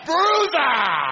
Bruiser